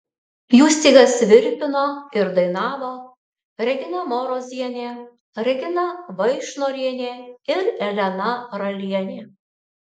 jų stygas virpino ir dainavo regina marozienė regina vaišnorienė ir elena ralienė